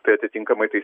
tai atitinkamai tai